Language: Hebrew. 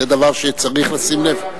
זה דבר שצריך לשים לב.